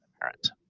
parent